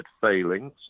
failings